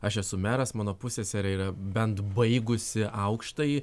aš esu meras mano pusseserė yra bent baigusi aukštąjį